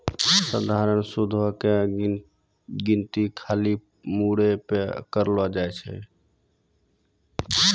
सधारण सूदो के गिनती खाली मूरे पे करलो जाय छै